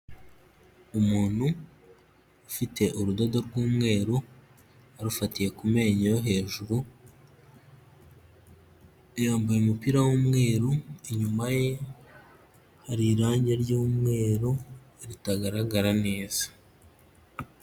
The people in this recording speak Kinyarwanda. Umuntu ufite urudodo rw'umweru arufatiye ku menyo yo hejuru, yambaye umupira w'umweru inyuma ye hari irangi ry'umweru ritagaragara neza.